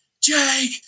Jake